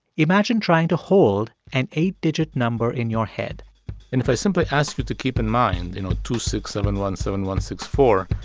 imagine trying to hold an eight-digit number in your head and if i simply ask you to keep in mind, you know, two six seven one seven one six four,